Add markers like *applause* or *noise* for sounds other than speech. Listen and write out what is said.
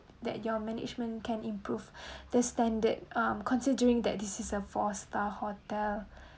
that your management can improve *breath* the standard um considering that this is a four star hotel *breath*